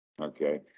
Okay